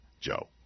Joe